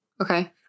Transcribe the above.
Okay